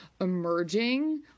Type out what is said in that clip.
emerging